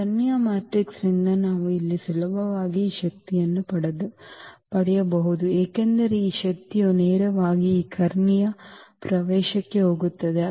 ಈ ಕರ್ಣೀಯ ಮ್ಯಾಟ್ರಿಕ್ಸ್ನಿಂದ ನಾವು ಇಲ್ಲಿ ಸುಲಭವಾಗಿ ಈ ಶಕ್ತಿಯನ್ನು ಪಡೆಯಬಹುದು ಏಕೆಂದರೆ ಈ ಶಕ್ತಿಯು ನೇರವಾಗಿ ಈ ಕರ್ಣೀಯ ಪ್ರವೇಶಕ್ಕೆ ಹೋಗುತ್ತದೆ